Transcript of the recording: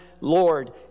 Lord